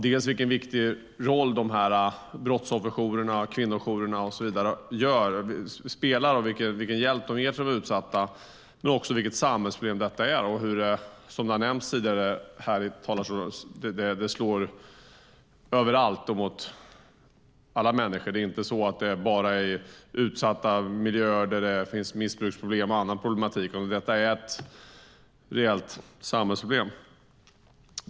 De här brottsofferjourerna och kvinnojourerna spelar en viktig roll och ger de utsatta hjälp. Detta är ett samhällsproblem som slår överallt och mot alla människor, som har nämnts tidigare. Det händer inte bara i utsatta miljöer där det finns missbruksproblem och andra problem, utan det är ett rejält samhällsproblem.